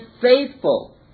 faithful